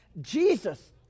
Jesus